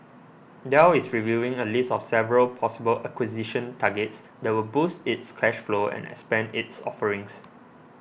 Dell is reviewing a list of several possible acquisition targets that would boost its cash flow and expand its offerings